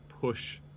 push